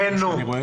הבאנו.